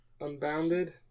Unbounded